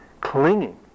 clinging